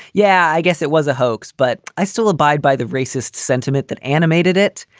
yeah, i guess it was a hoax, but i still abide by the racist sentiment that animated it.